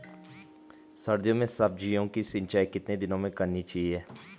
सर्दियों में सब्जियों की सिंचाई कितने दिनों में करनी चाहिए?